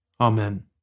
Amen